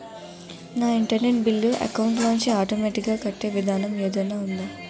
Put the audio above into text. నా internet bill account లోంచి automatic గా కట్టే విధానం ఏదైనా ఉందా?